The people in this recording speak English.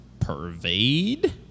pervade